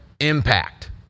impact